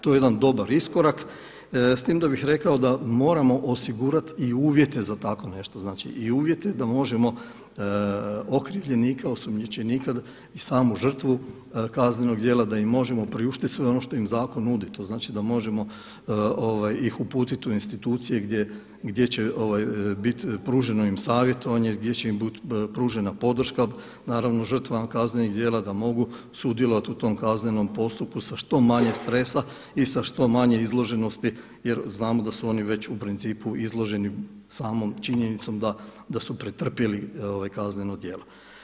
To je jedan dobar iskorak, s tim da bih rekao da moramo osigurati i uvjete za tako nešto, znači i uvjete da možemo okrivljenika, osumnjičenika i samu žrtvu kaznenog djela da im možemo priuštiti sve ono što im zakon nudi, to znači da ih možemo uputiti u institucije gdje će biti pruženo savjetovanje, gdje će im biti pružena podrška žrtvama kaznenih djela da mogu sudjelovati u tom kaznenom postupku sa što manje stresa i sa što manje izloženosti jer znamo da su oni već u principu izloženi samom činjenicom da su pretrpjeli kazneno djelo.